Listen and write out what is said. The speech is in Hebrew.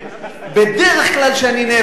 בדרך כלל כשאני נאבק,